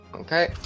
Okay